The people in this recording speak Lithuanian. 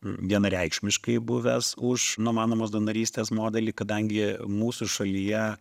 vienareikšmiškai buvęs už numanomos donorystės modelį kadangi mūsų šalyje